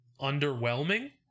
underwhelming